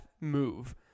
move